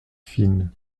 fine